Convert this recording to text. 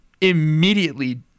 immediately